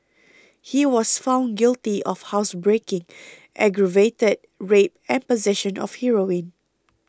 he was found guilty of housebreaking aggravated rape and possession of heroin